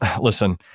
listen